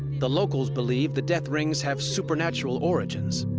the locals believe the death rings have supernatural origins.